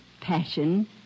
passion